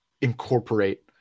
incorporate